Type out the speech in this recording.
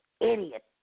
idiot